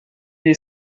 est